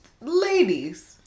ladies